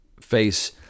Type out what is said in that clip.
face